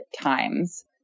times